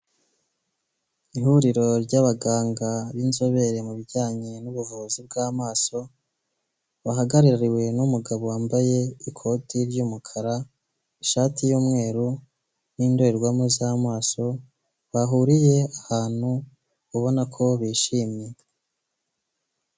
Ihuriro ry'abaganga b'inzobere mubi bijyanye n'ubuvuzi bw'amaso bahagarariwe n'umugabo wambaye ikoti ry'umukara ishati y'umweru n'indorerwamo z'amaso bahuriye ahantu ubona ko bishimye.